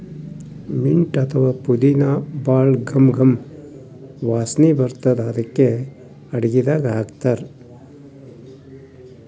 mint ಅಥವಾ ಪುದಿನಾ ಭಾಳ್ ಘಮ್ ಘಮ್ ವಾಸನಿ ಬರ್ತದ್ ಅದಕ್ಕೆ ಅಡಗಿದಾಗ್ ಹಾಕ್ತಾರ್